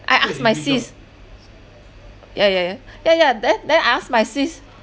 I asked my sis ya ya ya ya ya then then I asked my sis